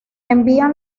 envían